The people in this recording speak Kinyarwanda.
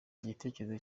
igitekerezo